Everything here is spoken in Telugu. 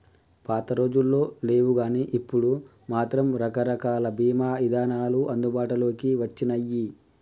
పాతరోజుల్లో లేవుగానీ ఇప్పుడు మాత్రం రకరకాల బీమా ఇదానాలు అందుబాటులోకి వచ్చినియ్యి